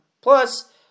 Plus